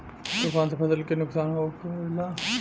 तूफान से फसल के का नुकसान हो खेला?